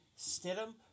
Stidham